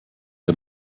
der